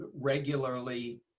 regularly